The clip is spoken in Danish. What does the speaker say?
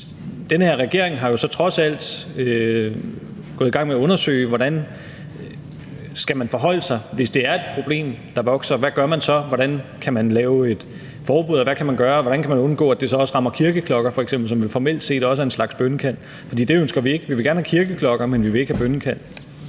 Den her regering er trods alt gået i gang med at undersøge, hvordan man skal forholde sig, hvis det bliver et problem, der vokser. Hvad gør man så? Hvordan kan man lave et forbud? Hvordan kan man undgå, at det så også rammer ringen med kirkeklokker, som vel formelt set også er en slags bønnekald? Det ønsker vi ikke. Vi vil gerne have kirkeklokker, men vi vil ikke have bønnekald.